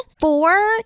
four